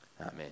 Amen